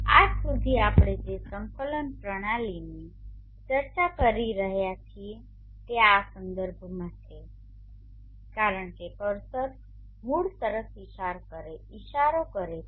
આજ સુધી આપણે જે સંકલન પ્રણાલીની ચર્ચા કરી રહ્યા છીએ તે આ સંદર્ભમાં છે કારણ કે કર્સર મૂળ તરફ ઇશારો કરે છે